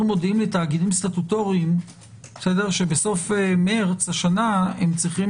מודיעים לתאגידים סטטוטוריים שבסוף מרס השנה הם צריכים